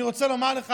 אני רוצה לומר לך,